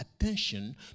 attention